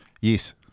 Yes